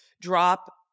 drop